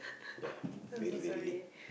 ya very very late